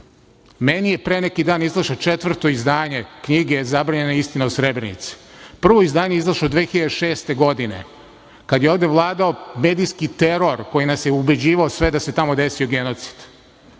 je pre neki dan izašlo četvrto izdanje knjige „Zabranjena istina o Srebrenici“. Prvo izdanje izašlo je 2006. godine kada je ovde vladao medijski teror koji nas je ubeđivao sve da se tamo desio genocid. Znači,